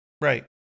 Right